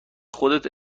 خودت